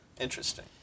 Interesting